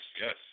Yes